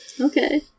Okay